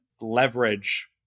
leverage